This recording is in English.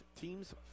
team's